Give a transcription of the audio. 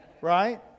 Right